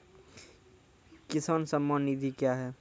किसान सम्मान निधि क्या हैं?